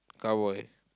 cowboy